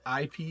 IP